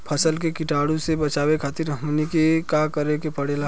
फसल के कीटाणु से बचावे खातिर हमनी के का करे के पड़ेला?